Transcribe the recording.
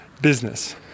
business